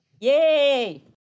Yay